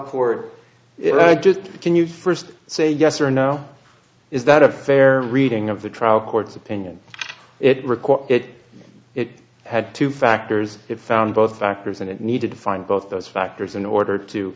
court just can you first say yes or no is that a fair reading of the trial court's opinion it requires it it had two factors it found both factors and it needed to find both those factors in order to